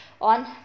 on